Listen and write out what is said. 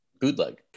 Bootleg